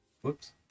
whoops